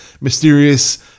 mysterious